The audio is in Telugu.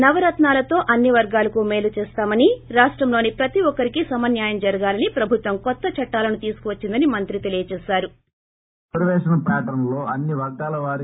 నవరత్నాలతో అన్ని వర్గాలకు మేలు చేస్తామని రాష్టంలోని ప్రతి ఒక్కరికీ సమన్యాయం జరగాలని ప్రభుత్వం కొత్త చట్టాలను తీసుకువచ్చిందని మంత్రి తెలియజేశారు